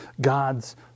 God's